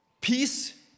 Peace